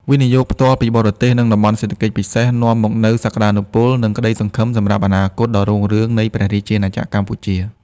វិនិយោគផ្ទាល់ពីបរទេស និង តំបន់សេដ្ឋកិច្ចពិសេស នាំមកនូវសក្ដានុពល និងក្ដីសង្ឃឹមសម្រាប់អនាគតដ៏រុងរឿងនៃព្រះរាជាណាចក្រកម្ពុជា។